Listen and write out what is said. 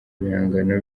ibihangano